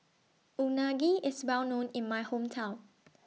Unagi IS Well known in My Hometown